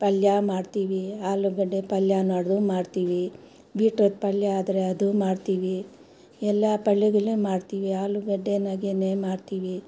ಪಲ್ಯ ಮಾಡ್ತೀವಿ ಆಲೂಗಡ್ಡೆ ಪಲ್ಯ ಮಾಡ್ರು ಮಾಡ್ತೀವಿ ಬೀಟ್ರೊಟ್ ಪಲ್ಯ ಆದರೆ ಅದೂ ಮಾಡ್ತೀವಿ ಎಲ್ಲ ಪಲ್ಯಗಳ್ನು ಮಾಡ್ತೀವಿ ಆಲೂಗಡ್ಡೆನಾಗೆ ಮಾಡ್ತೀವಿ